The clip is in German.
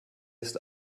ist